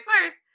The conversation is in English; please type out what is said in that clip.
first